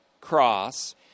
cross